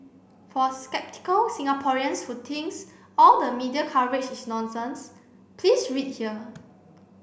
for sceptical Singaporeans who thinks all the media coverage is nonsense please read here